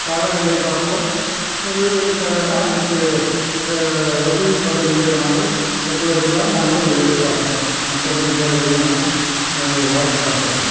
காலநிலை பார்ப்போம் எங்கள் வீட்டிற்குத் தேவையான அனைத்து வசதியும் கொண்ட வீடு நாங்கள் கட்டுவதைதான் நாங்கள் எதிர்பார்ப்போம் மற்றபடி வேறு எதுவும் நாங்கள் வாஸ்து பார்ப்பதில்லை